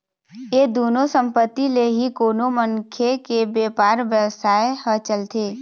ये दुनो संपत्ति ले ही कोनो मनखे के बेपार बेवसाय ह चलथे